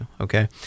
okay